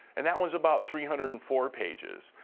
and that one's about three hundred and four pages.